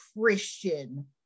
christian